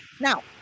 Now